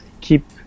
keep